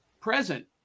present